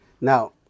Now